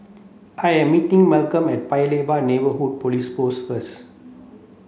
I am meeting Malcolm at Paya Lebar Neighbourhood Police Post first